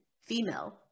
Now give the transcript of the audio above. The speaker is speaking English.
female